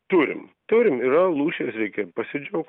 turim turim yra lūšys reikia ir pasidžiaugt